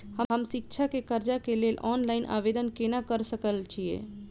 हम शिक्षा केँ कर्जा केँ लेल ऑनलाइन आवेदन केना करऽ सकल छीयै?